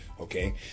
okay